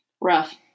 Rough